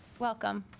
welcome